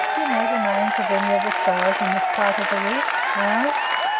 you know the names of any of the stars in this part of the roof? i asked.